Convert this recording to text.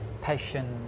passion